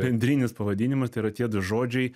bendrinis pavadinimas tai yra tie du žodžiai